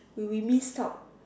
we we missed out